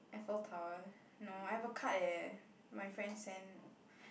Eiffel Tower no I've a card eh my friend send